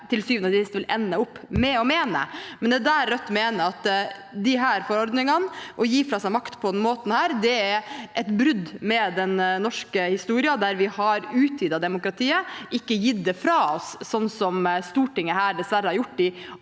til syvende og sist vil ende opp med å mene. Det er der Rødt mener at disse forordningene – å gi fra seg makt på denne måten – er et brudd med den norske historien, der vi har utvidet demokratiet, ikke gitt det fra oss sånn Stortinget her dessverre har gjort i